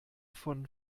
von